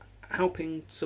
helping